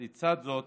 לצד זאת,